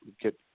get